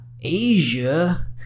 Asia